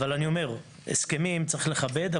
אבל אני אומר שהסכמים צריך לכבד,